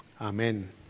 amen